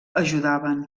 ajudaven